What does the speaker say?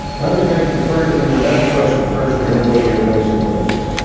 let me take your first and your last question first and then go to your basic question.